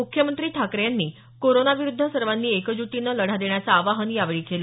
मुख्यमंत्री ठाकरे यांनी कोरोनाविरुद्ध सर्वांनी एकजूटीने लढा देण्याचं आवाहन यावेळी केलं